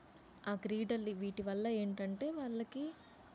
ఆ క్రీడలు వీటివల్ల ఏంటంటే వాళ్ళకి